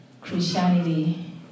Christianity